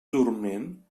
dorment